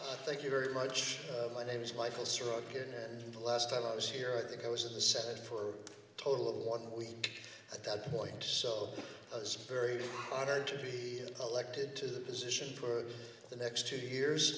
thank you very much my name's michael struck in and the last time i was here i think i was in the senate for a total of one week at that point so i was very honored to be elected to the position for the next two years